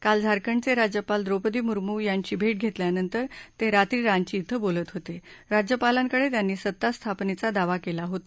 काल झारखंडचे राज्यपाल द्रौपदि मुर्मू यांची भेक्ष घेतल्यानंतर ते रात्री रांची क्ष बोलत होतेण राज्यपालांकडे त्यांनी सत्ता स्थापनेचा दावा केला होता